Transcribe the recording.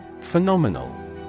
Phenomenal